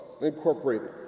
Incorporated